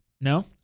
No